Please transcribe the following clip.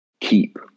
keep